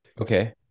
Okay